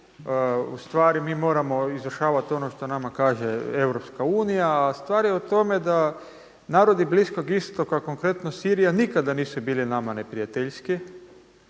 U stvari mi moramo izvršavati ono što nama kaže EU, a stvar je u tome da narodi Bliskog istoka konkretno Sirija nikada nisu bili nama neprijateljski.